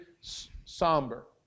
somber